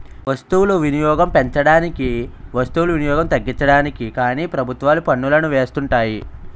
వస్తువులు వినియోగం పెంచడానికి వస్తు వినియోగం తగ్గించడానికి కానీ ప్రభుత్వాలు పన్నులను వేస్తుంటాయి